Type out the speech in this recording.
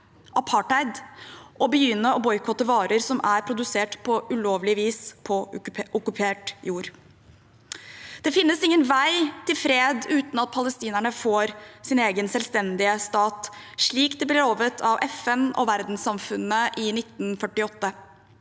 apartheid – og begynner å boikotte varer som er produsert på ulovlig vis, på okkupert jord. Det finnes ingen vei til fred uten at palestinerne får sin egen selvstendige stat, slik de ble lovet av FN og verdenssamfunnet i 1948.